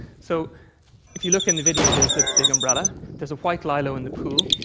so if you look in the video, there's the big umbrella, there's a white lilo in the pool,